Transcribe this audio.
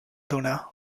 donar